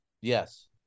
Yes